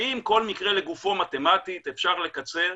האם כל מקרה לגופו מתמטית אפשר לקצר?